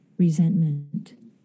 Resentment